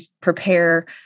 prepare